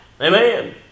Amen